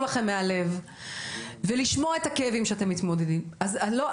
לכם מהלב ולשמוע את המילים ואת הכאבים שאתם מתמודדים איתם אז לא,